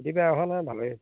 খেতি বেয়া হোৱা নাই ভালেই হৈছে